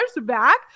back